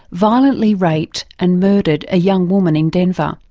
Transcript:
violently raped and murdered a young woman in denver.